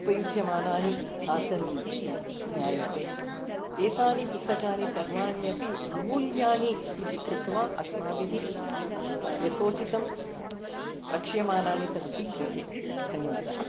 उपयुज्यमानानि आसन् इति ज्ञायते एतानि पुस्तकानि सर्वाणि अपि अमूल्यानि इति कृत्वा अस्माभिः यथोचितं रक्ष्यमानानि सन्ति गृहे धन्यवादः